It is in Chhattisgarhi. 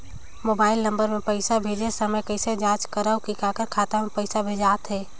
मोबाइल नम्बर मे पइसा भेजे समय कइसे जांच करव की काकर खाता मे पइसा भेजात हे?